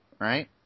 right